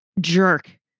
jerk